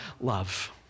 love